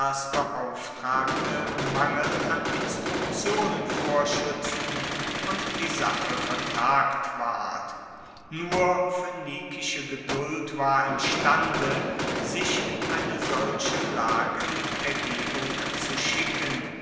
beauftragte mangel an instruktionen vorschuetzten und die sache vertagt ward nur phoenikische geduld war imstande sich in eine solche lage mit ergebung zu schicken